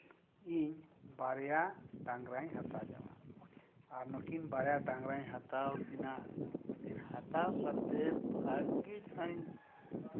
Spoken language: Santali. ᱤᱧ ᱵᱟᱨᱭᱟ ᱰᱟᱝᱨᱟᱧ ᱦᱟᱛᱟᱣ ᱡᱚᱝᱼᱟ ᱟᱨ ᱱᱩᱠᱤᱱ ᱵᱟᱨᱭᱟ ᱰᱟᱝᱨᱟᱧ ᱦᱟᱛᱟᱣ ᱠᱤᱱᱟ ᱡᱮ ᱦᱟᱛᱟᱣ ᱠᱟᱛᱮ ᱵᱷᱟᱜᱤ ᱪᱮᱦᱨᱟᱧ